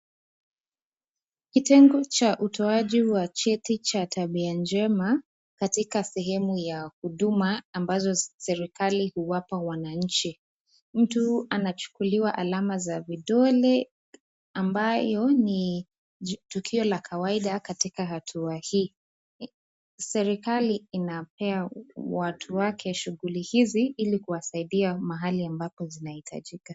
Kitengo cha utoaji cheti cha tabia njema katika sehemu ya huduma ambazo serikali inawapa wananchi, mtu anachukuliwa slama za vidole ambayo ni tukio la kawaida katika hatua hii. Serikali inapea watu wake shughuli hizi ili kuwasaidia mahali ambapo zinahitajika.